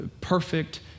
perfect